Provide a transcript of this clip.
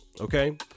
okay